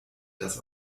das